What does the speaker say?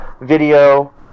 video